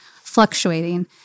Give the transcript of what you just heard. fluctuating